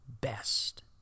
best